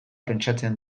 pentsatzen